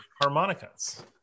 harmonicas